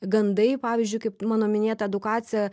gandai pavyzdžiui kaip mano minėta edukacija